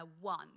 one